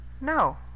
No